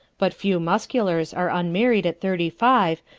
but few musculars are unmarried at thirty-five,